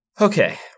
Okay